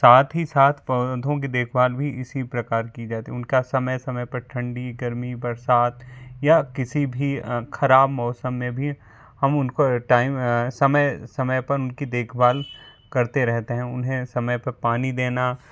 साथ ही साथ पौधों की देखभाल भी इसी प्रकार की जाती उनका समय समय पर ठंडी गर्मी बरसात या किसी भी ख़राब मौसम में भी हम उनको टाइम समय समय पर उनकी देखभाल करते रहते हैं उन्हें समय पर पानी देना